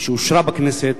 ואושרה בכנסת,